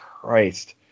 Christ